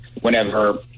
whenever